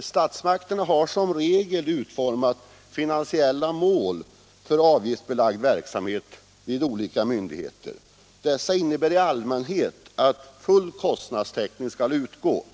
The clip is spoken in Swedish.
Statsmakterna har som regel utformat finansiella mål för avgiftsbelagd verksamhet vid olika myndigheter. Det innebär i allmänhet att full kostnadstäckning skall utgå.